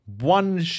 one